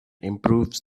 improves